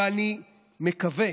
ואני מקווה